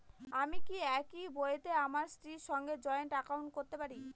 আমি কি একই বইতে আমার স্ত্রীর সঙ্গে জয়েন্ট একাউন্ট করতে পারি?